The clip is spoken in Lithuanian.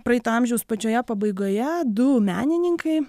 praeito amžiaus pačioje pabaigoje du menininkai